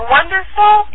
Wonderful